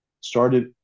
started